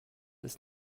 ist